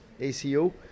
ACO